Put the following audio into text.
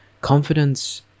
Confidence